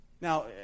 Now